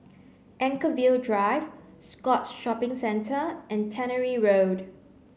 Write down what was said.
Anchorvale Drive Scotts Shopping Centre and Tannery Road